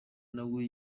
nawe